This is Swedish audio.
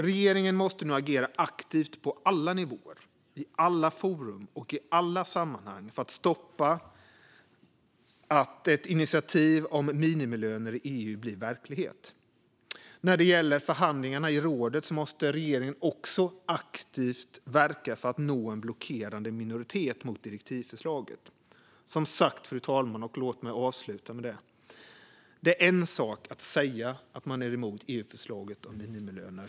Regeringen måste nu agera aktivt på alla nivåer, i alla forum och i alla sammanhang för att stoppa att ett initiativ om minimilöner i EU blir verklighet. När det gäller förhandlingarna i rådet måste regeringen också aktivt verka för att nå en blockerande minoritet mot direktivförslaget. Fru talman! Låt mig avsluta med att säga att det är en sak att säga att man är emot EU-förslaget om minimilöner.